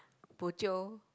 bo jio